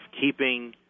keeping